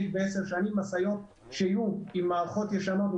ועשר שנים משאיות שיהיו עם מערכות ישנות,